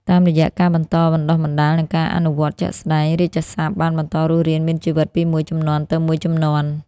តាមរយៈការបន្តបណ្តុះបណ្តាល និងការអនុវត្តជាក់ស្តែង រាជសព្ទបានបន្តរស់រានមានជីវិតពីមួយជំនាន់ទៅមួយជំនាន់។